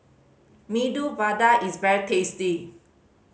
Medu Vada is very tasty